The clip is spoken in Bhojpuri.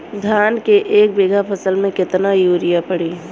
धान के एक बिघा फसल मे कितना यूरिया पड़ी?